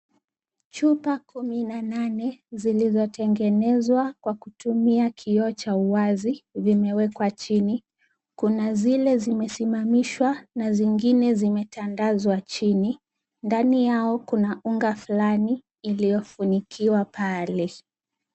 Chupa kumi na nane, zilizotengenezwa kwa kutumia kioo cha wazi, vimewekwa chini. Kuna zile zimesimamishwa, na zingine zimetandazwa chini. Ndani yao kuna unga fulani uliofunikiwa pale.